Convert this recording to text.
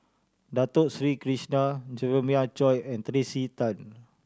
Dato Sri Krishna Jeremiah Choy and Tracey Tan